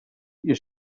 ihr